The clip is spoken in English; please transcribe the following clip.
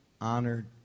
honored